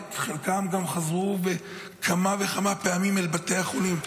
חלקם גם חזרו כמה וכמה פעמים אל בתי החולים.